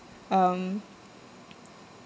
um